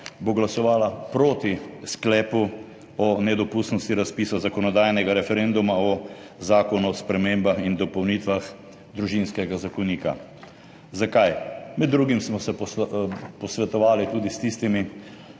bo glasovala proti sklepu o nedopustnosti razpisa zakonodajnega referenduma o Zakonu o spremembah in dopolnitvah Družinskega zakonika. Zakaj? Med drugim smo se posvetovali tudi s tistimi,